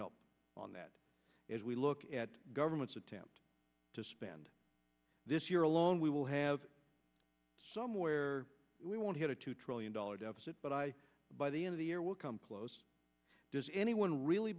help on that if we look at government's attempt to spend this year alone we will have somewhere we want hit a two trillion dollar deficit but i by the end of the year will come close does anyone really